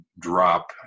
drop